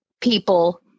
people